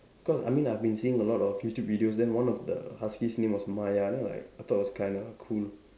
cause I mean I have been seeing a lot of YouTube videos then one of the husky's name was Maya then I was like I thought was kind of cool